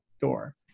door